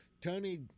Tony